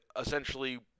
essentially